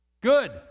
Good